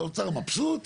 האוצר מבסוט,